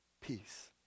Peace